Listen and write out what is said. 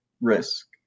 risk